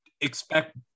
Expect